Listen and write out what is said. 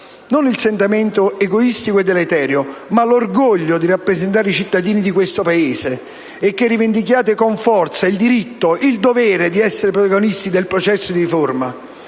(non il sentimento egoistico e deleterio, ma l'orgoglio di rappresentare i cittadini di questo Paese) e che rivendichiate con forza il diritto e il dovere di essere protagonisti del processo di riforma.